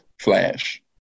flash